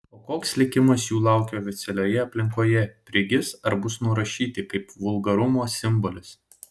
o koks likimas jų laukia oficialioje aplinkoje prigis ar bus nurašyti kaip vulgarumo simbolis